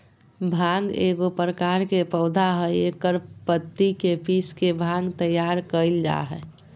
भांग एगो प्रकार के पौधा हइ एकर पत्ति के पीस के भांग तैयार कइल जा हइ